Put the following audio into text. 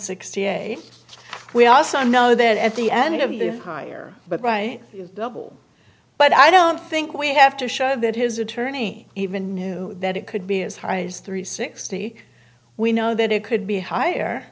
sixty eight we also know that at the end of the higher but right double but i don't think we have to show that his attorney even knew that it could be as high as three sixty we know that it could be higher